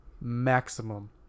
maximum